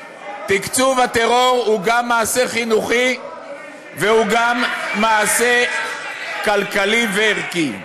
תקצוב הטרור הוא גם מעשה חינוכי והוא גם מעשה כלכלי וערכי.